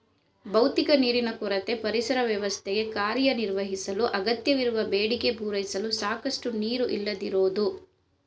ಭೌತಿಕ ನೀರಿನ ಕೊರತೆ ಪರಿಸರ ವ್ಯವಸ್ಥೆಗೆ ಕಾರ್ಯನಿರ್ವಹಿಸಲು ಅಗತ್ಯವಿರುವ ಬೇಡಿಕೆ ಪೂರೈಸಲು ಸಾಕಷ್ಟು ನೀರು ಇಲ್ಲದಿರೋದು